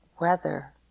weather